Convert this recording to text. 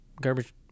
garbage